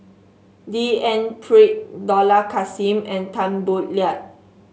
D N Pritt Dollah Kassim and Tan Boo Liat